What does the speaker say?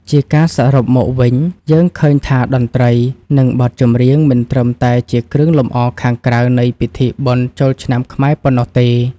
ជាការសរុបមកវិញ យើងឃើញថាតន្ត្រី និងបទចម្រៀងមិនត្រឹមតែជាគ្រឿងលម្អខាងក្រៅនៃពិធីបុណ្យចូលឆ្នាំខ្មែរប៉ុណ្ណោះទេ។